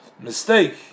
mistake